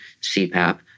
CPAP